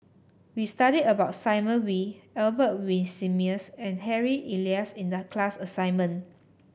we studied about Simon Wee Albert Winsemius and Harry Elias in the class assignment